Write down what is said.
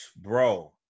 bro